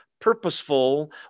purposeful